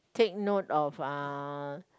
take note of uh